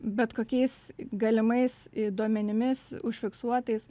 bet kokiais galimais duomenimis užfiksuotais